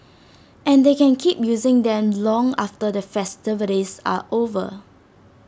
and they can keep using them long after the festivities are over